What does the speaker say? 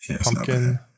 Pumpkin